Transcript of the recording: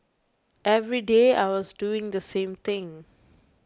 every day I was doing the same thing